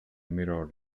mirror